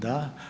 Da.